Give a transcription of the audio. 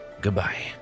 Goodbye